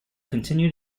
continued